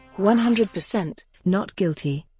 one hundred percent, not guilty.